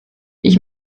ich